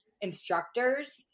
instructors